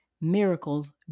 miracles